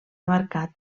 marcat